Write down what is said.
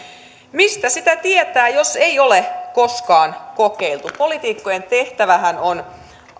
mistä sitä tietää jos ei ole koskaan kokeiltu poliitikkojen tehtävähän on